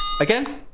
Again